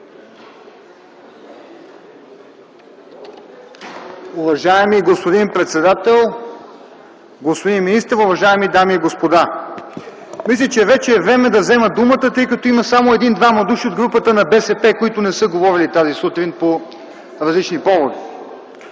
Уважаеми господин председател, господин министър, уважаеми дами и господа! Мисля, че вече е време да взема думата, тъй като има само един-двама души от групата на БСП, които не са говорили тази сутрин по различни поводи.